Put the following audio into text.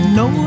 no